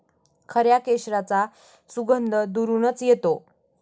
खऱ्या केशराचा सुगंध दुरूनच येतो